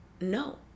no